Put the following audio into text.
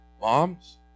Moms